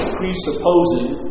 presupposing